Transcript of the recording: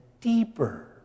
deeper